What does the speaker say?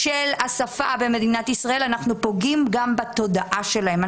מהשפה של אזרחי ישראל אנחנו פוגעים גם בתודעה שלהם,